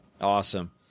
Awesome